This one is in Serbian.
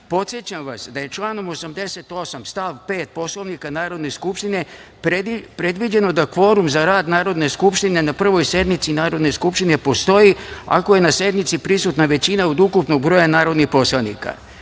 vas da je članom 88. stav 5. Poslovnika Narodne skupštine predviđeno da kvorum za rad Narodne skupštine na Prvoj sednici Narodne skupštine postoji, ako je na sednici prisutna većina od ukupnog broja narodnih poslanika. Radi